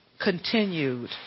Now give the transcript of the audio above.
continued